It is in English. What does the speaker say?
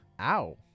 ow